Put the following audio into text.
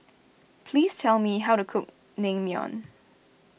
please tell me how to cook Naengmyeon